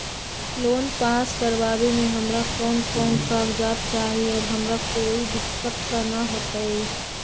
Loan pass करवावे में हमरा कौन कौन कागजात चाही और हमरा कोई दिक्कत त ना होतई?